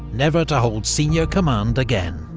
never to hold senior command again.